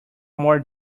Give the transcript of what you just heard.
more